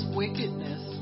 wickedness